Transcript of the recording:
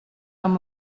amb